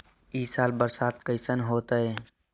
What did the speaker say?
ई साल बरसात कैसन होतय?